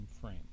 frame